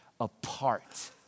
apart